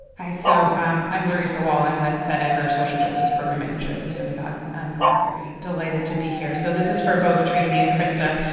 so i'm i'm larissa wohl. i'm the tzedek or social justice program manager at the synagogue. i'm very delighted to be here. so this is for both tracy and krista